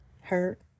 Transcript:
hurt